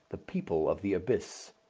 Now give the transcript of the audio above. the people of the abyss.